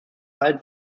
alt